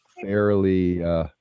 fairly